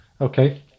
Okay